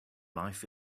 life